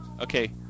Okay